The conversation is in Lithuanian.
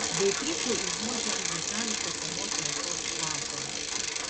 beatričė užuodė ant grotelių kepamos mėsos kvapą